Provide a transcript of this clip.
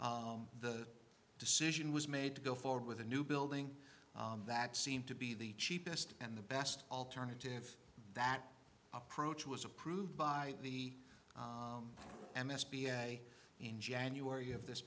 the decision was made to go forward with a new building that seemed to be the cheapest and the best alternative that approach was approved by the end s b a in january of this